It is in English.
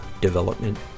development